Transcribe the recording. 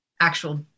actual